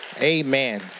Amen